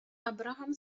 abraham